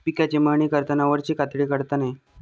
पिकाची मळणी करताना वरची कातडी काढता नये